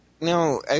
No